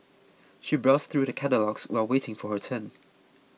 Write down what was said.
she browsed through the catalogues while waiting for her turn